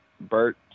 Bert